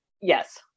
Yes